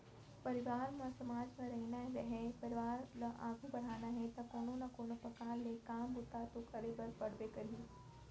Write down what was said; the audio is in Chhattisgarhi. परवार म समाज म रहिना हे परवार ल आघू बड़हाना हे ता कोनो ना कोनो परकार ले काम बूता तो करे बर पड़बे करही